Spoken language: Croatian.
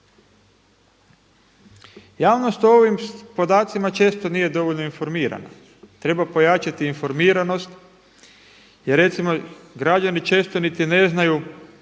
Javnost o ovim podacima često nije dovoljno informirana. Treba pojačati informiranost jer recimo građani često niti ne znaju